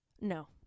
No